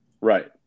Right